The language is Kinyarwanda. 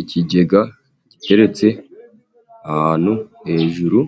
Ikigega giteretse ahantu hejuru,